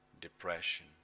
depression